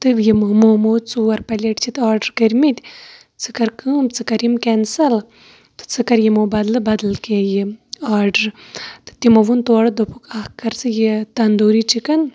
تہٕ یِم موموز ژور پَلیٹ چھِتھ آرڈَر کٔرمٕتۍ ژٕ کَر کٲم ژٕ کَر یِم کینٛسل تہٕ ژٕ کَر یِمو بَدلہٕ بَدَل کینٛہہ یہٕ آرڈَر تہٕ تِمو وون تورٕ دوپُکھ اَکھ کَر ژٕ یہٕ تنٛدوٗری چِکَن